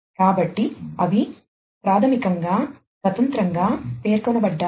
కాబట్టి అవి ప్రాథమికంగా స్వతంత్రంగా పేర్కొనబడ్డాయి